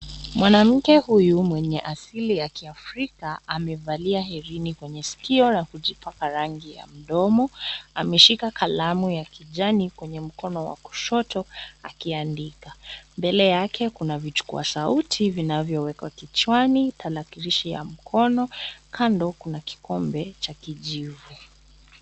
Mwanamke huyu mwenye asili ya kiafrika amevalia herini kwenye sikio na kujipaka rangi mdomo. Ameshika kalamu ya kijani kwenye mkono wa kushoto akiandika. Mbele yake kuna vichukua sauti vinavyowekwa kichwani, tarakilishi ya mkono, kando kuna kikombe cha kijivu.